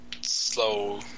slow